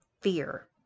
fear